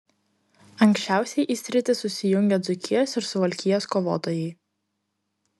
anksčiausiai į sritį susijungė dzūkijos ir suvalkijos kovotojai